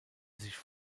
sich